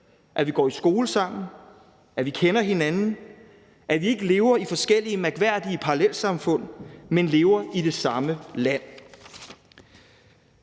at vi går i skole sammen, at vi kender hinanden, at vi ikke lever i forskellige mærkværdige parallelsamfund, men lever i det samme land.